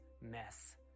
mess